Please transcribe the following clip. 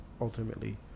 ultimately